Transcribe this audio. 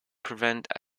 prevent